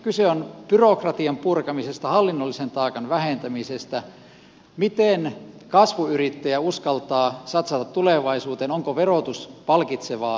kyse on byrokratian purkamisesta hallinnollisen taakan vähentämisestä siitä miten kasvuyrittäjä uskaltaa satsata tulevaisuuteen onko verotus palkitsevaa vai ei